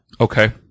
okay